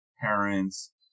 parents